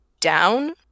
down